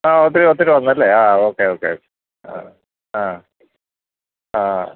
ആ ഒത്തിരി ഒത്തിരി വന്നല്ലേ ആ ഓക്കെ ഓക്കെ ആ ആ ആ